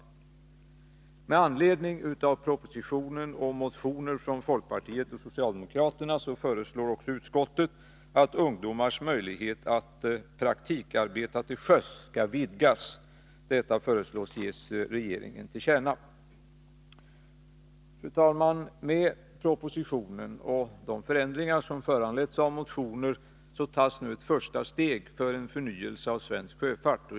Med anledning av propositionen och motioner från folkpartiet och socialdemokraterna föreslår också utskottet att ungdomars möjlighet att praktikarbeta till sjöss skall vidgas. Detta föreslås ges regeringen till känna. Fru talman! Med propositionen och de förändringar som föranletts av motioner tas nu ett första steg mot en förnyelse av svensk sjöfart.